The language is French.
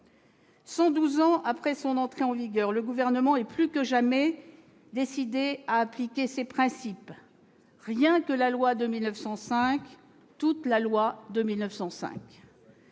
ans après l'entrée en vigueur de cette loi, le Gouvernement est plus que jamais décidé à en appliquer les principes ; rien que la loi de 1905, toute la loi de 1905.